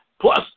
Plus